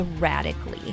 erratically